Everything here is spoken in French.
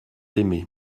aimé